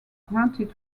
granted